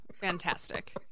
Fantastic